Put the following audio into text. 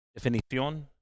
Definición